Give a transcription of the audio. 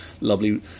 lovely